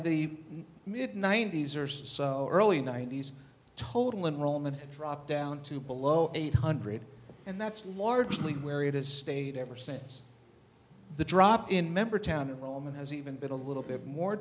the mid ninety's or so early nineties total enrollment dropped down to below eight hundred and that's largely where it has stayed ever since the drop in member town in rome and has even been a little bit more